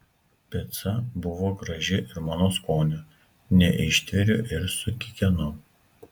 pica buvo graži ir mano skonio neištveriu ir sukikenu